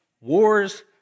wars